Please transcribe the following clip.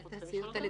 צריך לשאול אותם.